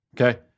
Okay